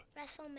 WrestleMania